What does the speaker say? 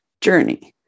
journey